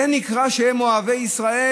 זה נקרא שהם אוהבי ישראל?